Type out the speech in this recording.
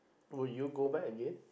would you go back again